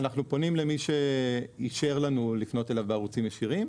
אנחנו פונים למי שאישר לנו לפנות אליו בערוצים ישירים,